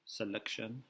selection